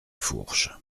fourches